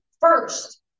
First